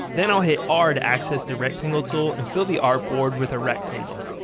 then i'll hit r to access the rectangle tool and fill the artboard with a rectangle.